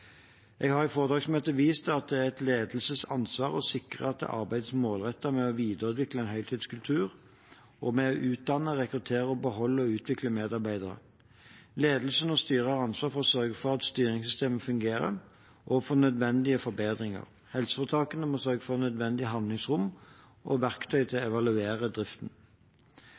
Jeg har i foretaksmøtet vist til at det er et ledelsesansvar å sikre at det arbeides målrettet med å videreutvikle en heltidskultur og med å utdanne, rekruttere, beholde og utvikle medarbeidere. Ledelsen og styret har ansvar for å sørge for at styringssystemet fungerer, og for nødvendige forbedringer. Helseforetakene må sørge for nødvendig handlingsrom og verktøy til å evaluere driften.